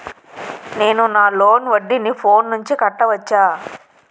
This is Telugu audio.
నేను నా లోన్ వడ్డీని ఫోన్ నుంచి కట్టవచ్చా?